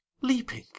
leaping